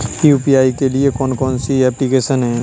UPI के लिए कौन कौन सी एप्लिकेशन हैं?